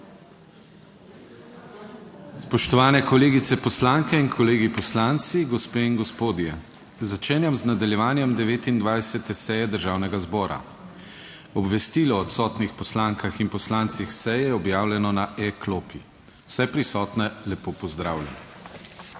Spoštovane kolegice poslanke in kolegi poslanci, gospe in gospodje! Začenjam z nadaljevanjem 29. seje Državnega zbora. Obvestilo o odsotnih poslankah in poslancih seje je objavljeno na e-klopi. Vse prisotne lepo pozdravljam.